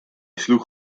sloeg